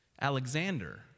Alexander